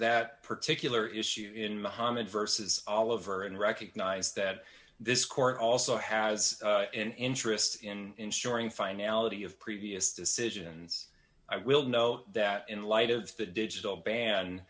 that particular issue in muhammad versus oliver and recognize that this court also has an interest in ensuring finality of previous decisions i will note that in light of the digital ban